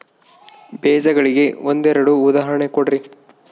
ಬೇಜಗಳಿಗೆ ಒಂದೆರಡು ಉದಾಹರಣೆ ಕೊಡ್ರಿ?